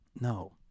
No